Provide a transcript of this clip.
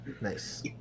Nice